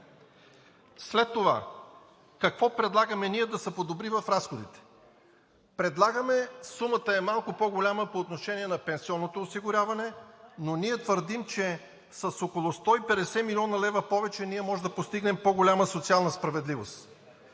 След това, какво предлагаме ние да се подобри в разходите? Предлагаме – сумата е малко по-голяма по отношение на пенсионното осигуряваме, но ние твърдим, че с около 150 млн. лв. в повече ние можем да постигнем по-голяма социална справедливост.